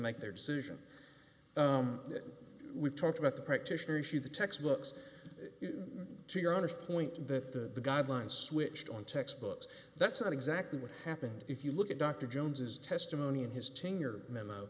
make their decision that we talked about the practitioner issue the textbooks to your honest point that the guidelines switched on textbooks that's not exactly what happened if you look at dr jones's testimony in his tenure memo